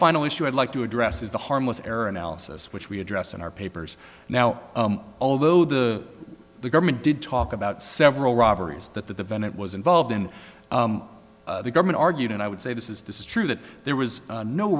final issue i'd like to address is the harmless error analysis which we address in our papers now although the the government did talk about several robberies that the van it was involved in the government argued and i would say this is this is true that there was no